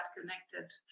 connected